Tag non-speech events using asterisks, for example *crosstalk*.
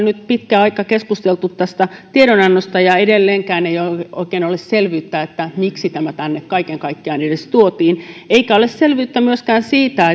*unintelligible* nyt pitkän aikaa keskustelleet tästä tiedonannosta ja edelleenkään ei oikein ole selvyyttä miksi tämä tänne kaiken kaikkiaan edes tuotiin eikä ole selvyyttä myöskään siitä *unintelligible*